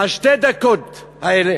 שתי הדקות האלה